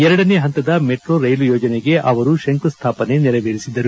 ಎರಡನೇ ಪಂತದ ಮೆಟ್ರೋ ರೈಲು ಯೋಜನೆಗೆ ಅವರು ಶಂಕು ಸ್ಥಾಪನೆ ನೆರವೇರಿಸಿದರು